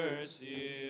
mercy